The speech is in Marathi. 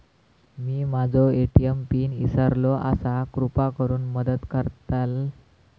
मी माझो ए.टी.एम पिन इसरलो आसा कृपा करुन मदत करताल